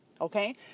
Okay